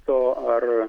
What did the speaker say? to ar